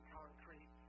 concrete